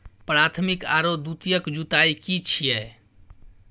प्राथमिक आरो द्वितीयक जुताई की छिये?